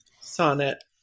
sonnet